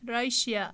Russia